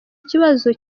kibazo